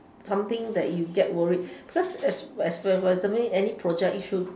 something that you get worry because as as for example any project issue